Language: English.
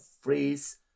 phrase